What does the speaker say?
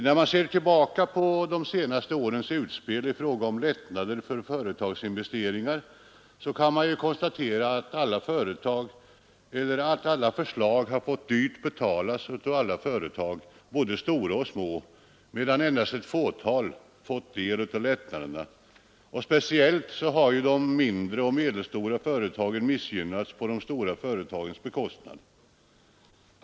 När man ser tillbaka på de senaste årens utspel i fråga om lättnader för företagsinvesteringar kan man konstatera att alla förslag fått dyrt betalas av alla företag — både stora och små — medan endast ett fåtal fått del av lättnaderna. Speciellt har de mindre och medelstora företagen missgynnats på de stora företagens bekostnad.